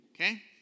Okay